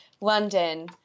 London